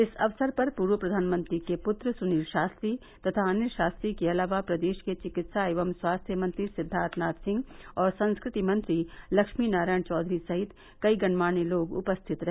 इस अवसर पर पूर्व प्रधानमंत्री के पूत्र सुनील शास्त्री तथा अनिल शास्त्री के अलावा प्रदेश के विकित्सा एवं स्वास्थ्य मंत्री सिद्वार्थनाथ सिंह और संस्कृति मंत्री लक्मीनारायण चौधरी सहित कई गण्यमान्य लोग उपस्थित रहे